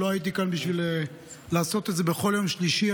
שלא הייתי כאן בשביל לעשות את זה בכל יום שלישי,